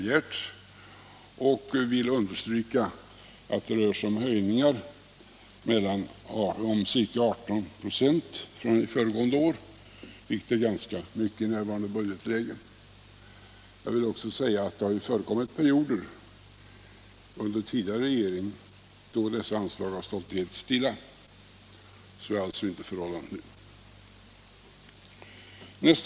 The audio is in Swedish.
Utskottet vill understryka att det rör sig om höjningar på ca 18 96 från föregående år, vilket är ganska mycket i närvarande budgetläge. Jag vill också säga att det har förekommit perioder under den tidigare regeringen då dessa anslag stått helt stilla. Så är alltså inte förhållandet nu.